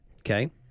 Okay